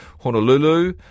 Honolulu